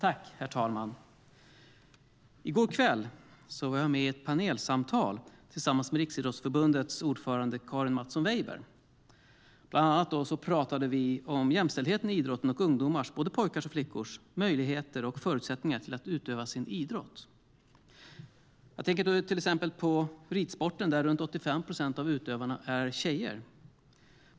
Herr talman! I går kväll var jag med i ett panelsamtal tillsammans med Riksidrottsförbundets ordförande Karin Mattsson Weijber. Bland annat talade vi om jämställdheten i idrotten och ungdomars, både pojkars och flickors, möjlighet och förutsättningar att utöva sin idrott. Jag tänker på till exempel ridsporten, där runt 85 procent av utövarna är tjejer.